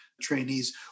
trainees